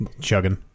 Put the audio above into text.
chugging